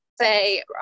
say